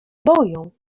boją